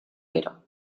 pere